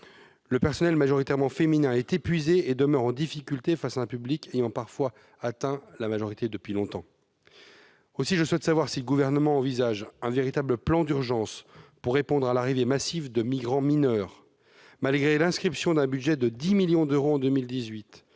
Le personnel, majoritairement féminin, est épuisé et demeure en difficulté face à un public ayant parfois atteint la majorité depuis longtemps. Aussi, je souhaite savoir si le Gouvernement envisage un véritable plan d'urgence pour répondre à l'arrivée massive de migrants mineurs. Malgré l'inscription d'un budget de 10 millions d'euros en 2018,